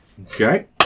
Okay